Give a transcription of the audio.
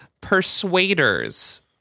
persuaders